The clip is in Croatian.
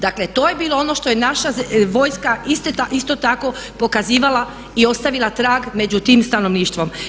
Dakle to je bilo ono što je naša vojska isto tako pokazivala i ostavila trag među tim stanovništvo.